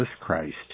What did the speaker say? Christ